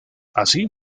así